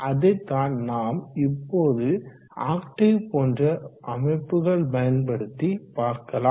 அதைத்தான் நாம் இப்போது ஆக்டேவ் போன்ற அமைப்புகள் பயன்படுத்தி பார்க்கலாம்